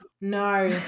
No